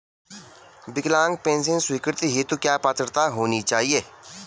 विकलांग पेंशन स्वीकृति हेतु क्या पात्रता होनी चाहिये?